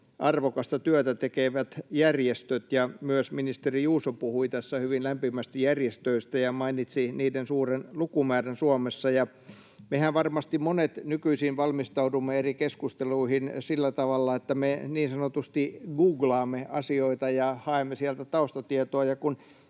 arvokasta työtä tekevät järjestöt, ja myös ministeri Juuso puhui tässä hyvin lämpimästi järjestöistä ja mainitsi niiden suuren lukumäärän Suomessa. Mehän varmasti monet nykyisin valmistaudumme eri keskusteluihin sillä tavalla, että me niin sanotusti googlaamme asioita ja haemme sieltä taustatietoa.